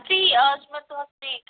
free اَز چھُ مےٚ دۅہَس فرٛی ٹایم